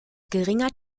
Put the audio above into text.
geringer